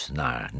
naar